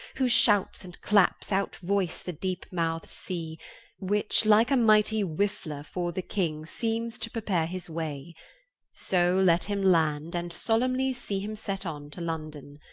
whose shouts and claps out-voyce the deep-mouth'd sea, which like a mightie whiffler fore the king, seemes to prepare his way so let him land, and solemnly see him set on to london.